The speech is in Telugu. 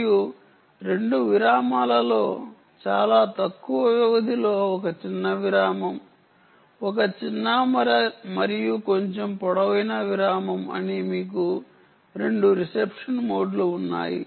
మరియు 2 విరామాలలో చాలా తక్కువ వ్యవధిలో ఒక చిన్న విరామం ఒక చిన్న మరియు కొంచెం పొడవైన విరామం అని మీకు 2 రిసెప్షన్ మోడ్లు ఉన్నాయి